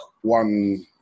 one